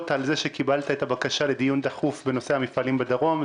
על זה שקיבלת את הבקשה לדיון דחוף בנושא המפעלים בדרום.